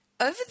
Over